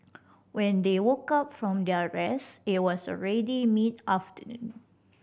when they woke up from their rest it was already mid afternoon